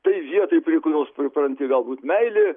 tai vietai prie kurios pripranti galbūt meilė